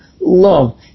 love